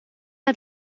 het